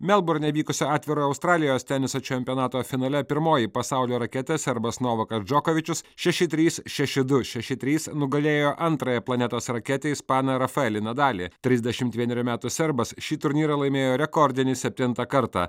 melburne vykusio atvirojo australijos teniso čempionato finale pirmoji pasaulio raketė serbas novakas džokovičius šeši trys šeši du šeši trys nugalėjo antrąją planetos raketę ispaną rafaelį nadalį trisdešimt vienerių metų serbas šį turnyrą laimėjo rekordinį septintą kartą